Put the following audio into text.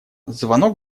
звонок